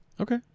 Okay